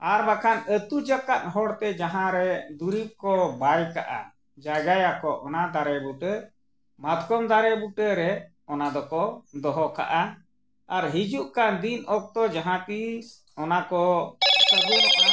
ᱟᱨ ᱵᱟᱠᱷᱟᱱ ᱟᱛᱳ ᱡᱟᱠᱟᱫ ᱦᱚᱲ ᱛᱮ ᱡᱟᱦᱟᱸᱨᱮ ᱫᱩᱨᱤᱵᱽ ᱠᱚ ᱵᱟᱭ ᱠᱟᱜᱼᱟ ᱡᱟᱜᱟᱭᱟᱠᱚ ᱚᱱᱟ ᱫᱟᱨᱮ ᱵᱩᱴᱟᱹ ᱢᱟᱛᱠᱚᱢ ᱫᱟᱨᱮ ᱵᱩᱴᱟᱹᱨᱮ ᱚᱱᱟ ᱫᱚᱠᱚ ᱫᱚᱦᱚ ᱠᱟᱜᱼᱟ ᱟᱨ ᱦᱤᱡᱩᱜ ᱠᱟᱱ ᱫᱤᱱ ᱚᱠᱛᱚ ᱡᱟᱦᱟᱸ ᱛᱤᱥ ᱚᱱᱟ ᱠᱚ ᱥᱟᱜᱩᱱᱚᱜᱼᱟ